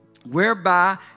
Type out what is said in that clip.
Whereby